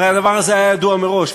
הרי הדבר הזה היה ידוע מראש,